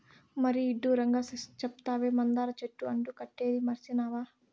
మరీ ఇడ్డూరంగా సెప్తావే, మందార చెట్టు అంటు కట్టేదీ మర్సినావా